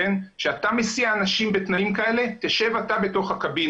כשאתה מסיע אנשים בתנאים כאלה תשב אתה בתוך הקבינה,